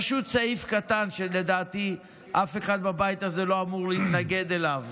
פשוט סעיף קטן שלדעתי אף אחד בבית הזה לא אמור להתנגד אליו: